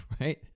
Right